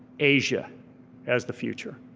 asia as the future.